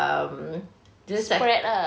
spread ah